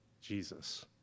Jesus